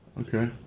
Okay